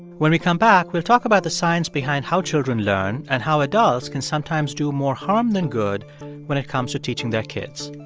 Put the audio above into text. when we come back, we'll talk about the science behind how children learn and how adults can sometimes do more harm than good when it comes to teaching their kids.